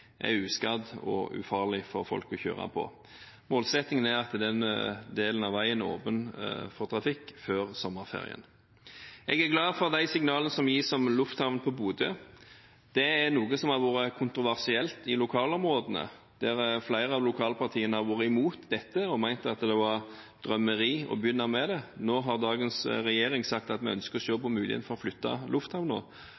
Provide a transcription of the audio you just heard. er uskadd og ufarlig for folk å kjøre på. Målsettingen er at denne delen av veien er åpen for trafikk før sommerferien. Jeg er glad for de signalene som gis om lufthavn i Bodø. Det er noe som har vært kontroversielt i lokalområdene, der flere av lokalpartiene har vært imot dette og ment at det var drømmeri å begynne med det. Nå har dagens regjering sagt at vi ønsker å se på muligheten for å flytte